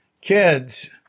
kids –